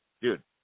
dude